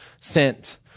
sent